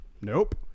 Nope